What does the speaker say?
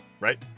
Right